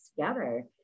together